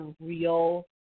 real